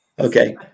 Okay